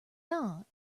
not